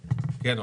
במכרזים,